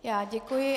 Já děkuji.